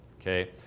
Okay